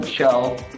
Show